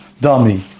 dummy